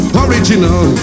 original